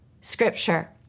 Scripture